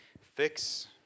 fix